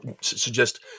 suggest